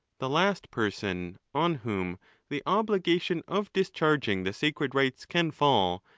the last person on whom the obligation of discharging the sacred rites can fall,